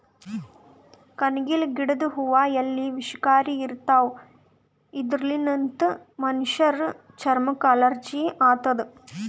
ಕಣಗಿಲ್ ಗಿಡದ್ ಹೂವಾ ಎಲಿ ವಿಷಕಾರಿ ಇರ್ತವ್ ಇದರ್ಲಿನ್ತ್ ಮನಶ್ಶರ್ ಚರಮಕ್ಕ್ ಅಲರ್ಜಿ ಆತದ್